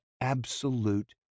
absolute